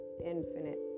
infinite